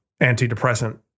antidepressant